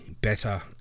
better